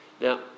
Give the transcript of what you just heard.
Now